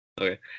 okay